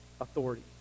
authority